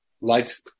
life